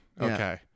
Okay